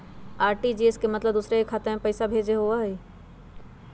RTGS के मतलब दूसरे के खाता में पईसा भेजे होअ हई?